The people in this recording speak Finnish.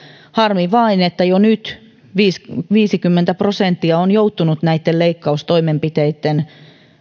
harmi vain että jo nyt viisikymmentä prosenttia on joutunut näitten leikkaustoimenpiteitten